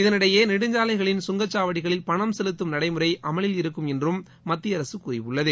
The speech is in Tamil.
இதனிடையே நெடுஞ்சாலைகளில் சங்கச்சாவடிகளில் பணம் செலுத்தும் நடைமுறை அமலில் இருக்கும் என்றும் மத்திய அரசு கூறியுள்ளது